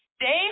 Dave